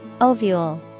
Ovule